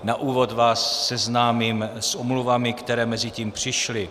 Na úvod vás seznámím s omluvami, které mezitím přišly.